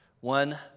One